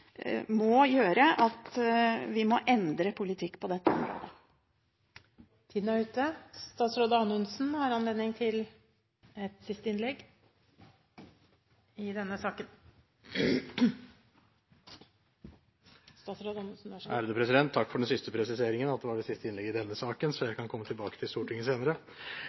må gjøre at vi må endre politikk på dette området. Statsråd Anundsen har anledning til et siste innlegg – i denne saken. Takk for den siste presiseringen – at det var det siste innlegget i denne saken – så jeg kan komme tilbake til Stortinget senere.